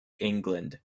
england